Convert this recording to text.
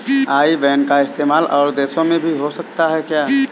आई ban का इस्तेमाल और देशों में भी हो सकता है क्या?